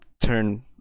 turn